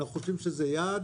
אנחנו חושבים שזה יעד